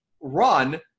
run